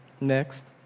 next